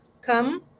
Come